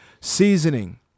seasoning